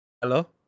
Hello